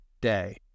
day